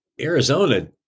Arizona